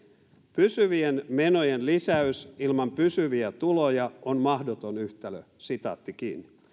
pysyvien menojen lisäys ilman pysyviä tuloja on mahdoton yhtälö